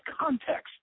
context